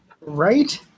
Right